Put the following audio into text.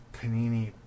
Panini